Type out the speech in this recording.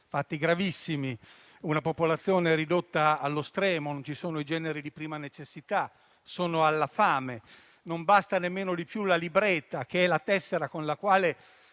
fatti gravissimi, con una popolazione ridotta allo stremo: non ci sono i generi di prima necessità, sono alla fame e non basta nemmeno più la *libreta*, la tessera che